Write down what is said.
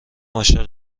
عاشق